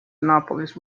annapolis